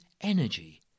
energy